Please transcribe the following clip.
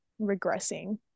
regressing